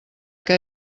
que